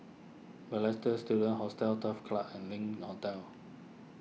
Balestier Student Hostel Turf Club and Link Hotel